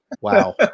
Wow